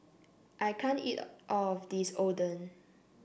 I can't eat all of this Oden